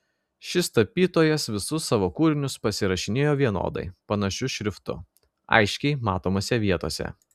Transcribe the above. šis tapytojas visus savo kūrinius pasirašinėjo vienodai panašiu šriftu aiškiai matomose vietose